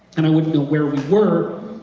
and i wouldn't know where we were,